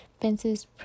fences